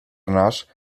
nasz